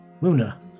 Luna